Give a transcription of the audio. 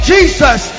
Jesus